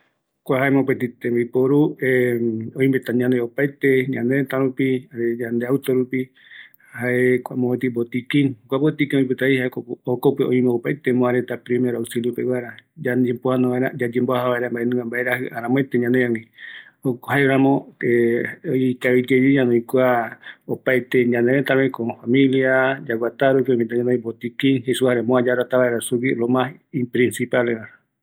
Kua moarɨru raɨ, öimeta ñanoi ñame vaera oyoupe aramoete ñañepoano vaera, yajaregua ñavae opeopoano vareta pɨri, kua ikaviyeye ñanoï vaera nañereta pe